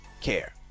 care